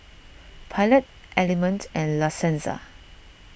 Pilot Element and La Senza